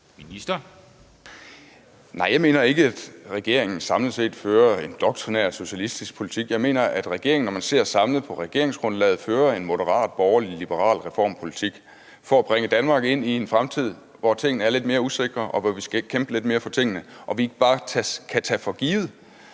Olesen): Nej, jeg mener ikke, regeringen samlet set fører en doktrinær socialistisk politik. Jeg mener, at regeringen, når man ser samlet på regeringsgrundlaget, fører en moderat borgerlig-liberal reformpolitik for at bringe Danmark ind i en fremtid, hvor tingene er lidt mere usikre, og hvor vi skal kæmpe lidt mere for tingene og ikke bare kan tage